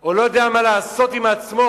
או לא יודע מה לעשות עם עצמו,